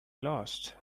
lost